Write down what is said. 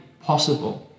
possible